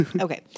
Okay